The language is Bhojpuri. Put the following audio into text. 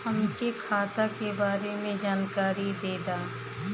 हमके खाता के बारे में जानकारी देदा?